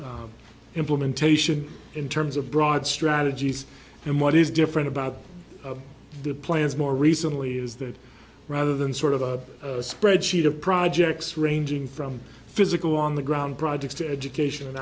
implementation in terms of broad strategies and what is different about the plans more recently is that rather than sort of a spread sheet of projects ranging from physical on the ground projects to education an